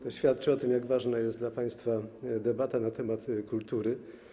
To świadczy o tym, jak ważna jest dla państwa debata na temat kultury.